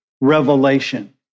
revelation